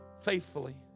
faithfully